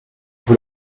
vous